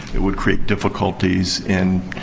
it would create difficulties in,